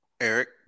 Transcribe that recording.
Eric